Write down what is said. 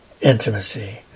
intimacy